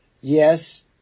Yes